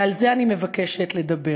ועל זה אני מבקשת לדבר,